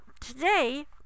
today